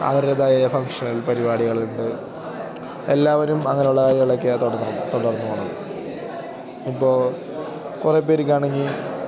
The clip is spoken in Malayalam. അവരുടേതായ ഫങ്ഷണൽ പരിപാടികളുണ്ട് എല്ലാവരും അങ്ങനെയുള്ള കാര്യങ്ങളൊക്കെയാണ് തുടർന്നും തുടർന്നു പോകുന്നത് ഇപ്പോൾ കുറേ പേർക്കാണെങ്കിൽ